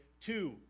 two